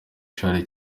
charles